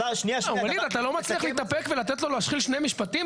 ווליד אתה לא מצליח להתאפק ולתת לו להשחיל שני משפטים?